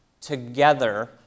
together